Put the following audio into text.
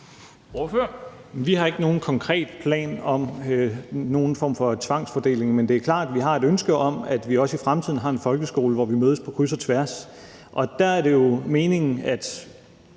Vi har ikke nogen konkret plan om nogen form for tvangsfordeling. Men det er klart, at Socialdemokratiet har et ønske om, at vi også i fremtiden har en folkeskole, hvor vi mødes på kryds og tværs. Og der er det meningen, at